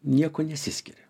niekuo nesiskiria